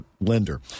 lender